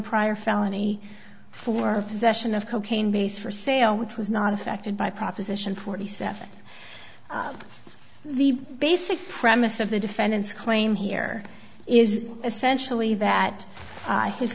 prior felony for possession of cocaine base for sale which was not affected by proposition forty seven the basic premise of the defendant's claim here is essentially that